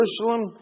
Jerusalem